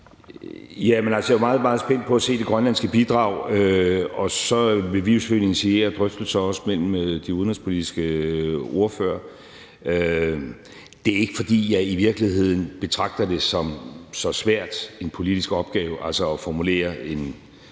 meget, meget spændt på at se det grønlandske bidrag, og så vil vi jo selvfølgelig initiere drøftelser mellem de udenrigspolitiske ordførere. Det er ikke, fordi jeg i virkeligheden betragter det som så svær en politisk opgave, altså at formulere en